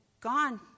gone